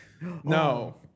No